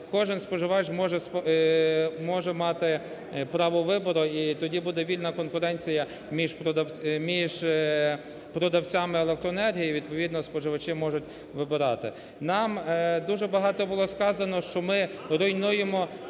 кожен споживач може мати право вибору, і тоді буде вільна конкуренція між продавцями електроенергії, відповідно споживачі можуть вибирати. Нам… дуже багато було сказано, що ми руйнуємо